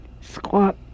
Squat